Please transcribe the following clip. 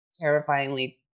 terrifyingly